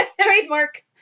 trademark